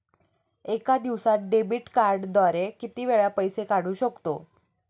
एका दिवसांत डेबिट कार्डद्वारे किती वेळा पैसे काढू शकतो?